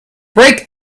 break